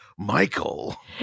Michael